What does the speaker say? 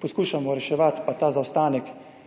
Poskušamo reševati pa ta zaostanek,